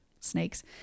snakes